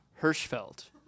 Hirschfeld